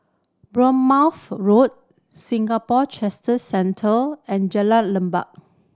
Bournemouth Road Singapore Centre and Jalan Lekub